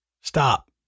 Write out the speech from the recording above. stop